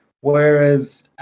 Whereas